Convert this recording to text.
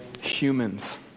Humans